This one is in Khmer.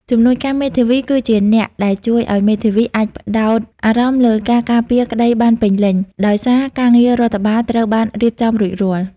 ជំនួយការមេធាវីគឺជាអ្នកដែលជួយឱ្យមេធាវីអាចផ្តោតអារម្មណ៍លើការការពារក្តីបានពេញលេញ ដោយសារការងាររដ្ឋបាលត្រូវបានរៀបចំរួចរាល់។